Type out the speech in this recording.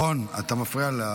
רון, אתה מפריע.